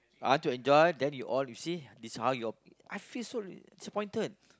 I want to enjoy then you all you see this how you all I feel so disappointed